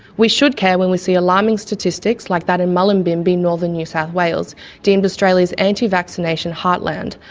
we should care when we see alarming statistics like that in mullumbimby, northern new south wales deemed australia's anti vaccination heartland,